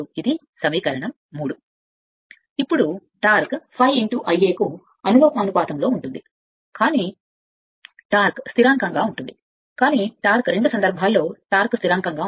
ఇప్పుడు టార్క్ ∅∅ కు అనులోమానుపాతంలో ఇవ్వబడుతుంది కానీ టార్క్ స్థిరాంకం గా ఉంటుంది కానీ టార్క్ రెండు సందర్భాల్లో టార్క్ స్థిరాంకం గా ఉంటుంది